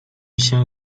się